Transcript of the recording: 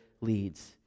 leads